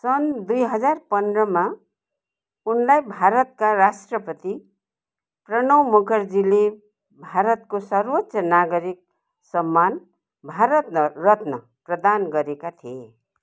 सन् दुई हजार पन्ध्रमा उनलाई भारतका राष्ट्रपति प्रणव मुखर्जीले भारतको सर्वोच्च नागरिक सम्मान भारत रत्न प्रदान गरेका थिए